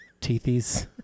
Teethies